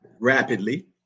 rapidly